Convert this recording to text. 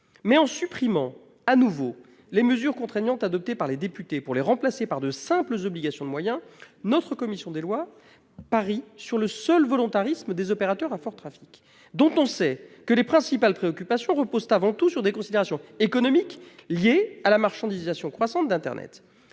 En supprimant de nouveau les mesures contraignantes adoptées par les députés pour les remplacer par de simples obligations de moyens, notre commission des lois parie sur le seul volontarisme des opérateurs à fort trafic, dont on sait que les principales préoccupations reposent avant tout sur des considérations économiques liées à la marchandisation croissante d'internet.